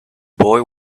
boy